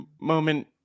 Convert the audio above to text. moment